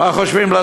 אין לה שום בשורה,